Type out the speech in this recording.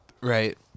right